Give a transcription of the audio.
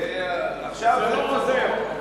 ועכשיו, זה לא עוזר.